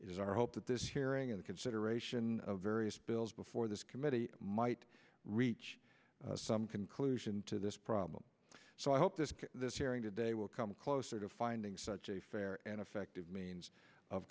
is our hope that this hearing in the consideration of various bills before this committee might reach some conclusion to this problem so i hope this hearing today will come closer to finding such a fair and effective means of